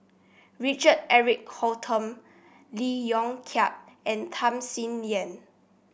Richard Eric Holttum Lee Yong Kiat and Tham Sien Yen